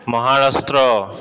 Maharashtra